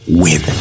win